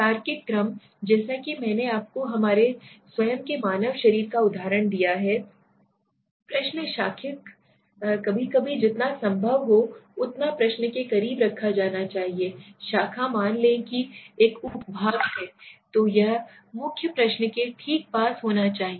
तार्किक क्रम जैसा कि मैंने आपको हमारे स्वयं के मानव शरीर का उदाहरण दिया है प्रश्न शाखित कभी कभी जितना संभव हो उतना प्रश्न के करीब रखा जाना चाहिए शाखा मान लें कि एक उप भाग है तो यह मुख्य प्रश्न के ठीक पास होना चाहिए